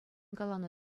каланӑ